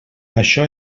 això